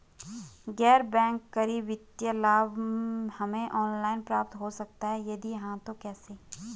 गैर बैंक करी वित्तीय लाभ हमें ऑनलाइन प्राप्त हो सकता है यदि हाँ तो कैसे?